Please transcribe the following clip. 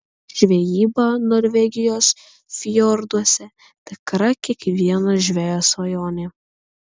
žvejyba norvegijos fjorduose tikra kiekvieno žvejo svajonė